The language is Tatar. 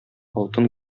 алтын